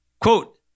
Quote